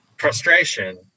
frustration